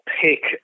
pick